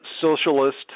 socialist